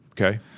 Okay